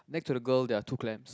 next to the girl there are two clams